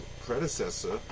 predecessor